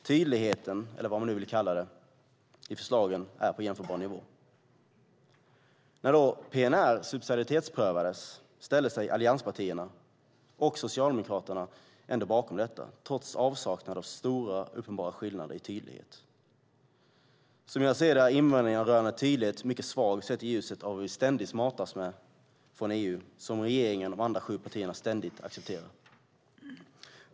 Tydligheten, eller vad man nu vill kalla det, i förslagen är på jämförbar nivå. När PNR subsidiaritetsprövades ställde sig allianspartierna och Socialdemokraterna ändå bakom det, trots avsaknad av stora, uppenbara skillnader i tydlighet. Som jag ser det är invändningen rörande tydlighet mycket svag sett i ljuset av vad vi ständigt matas med från EU och som regeringen och de andra partierna ständigt accepterar.